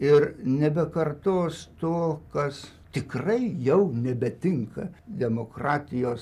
ir nebekartos to kas tikrai jau nebetinka demokratijos